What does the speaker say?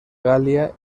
galia